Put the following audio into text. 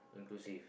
inclusive